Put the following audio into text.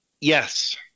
Yes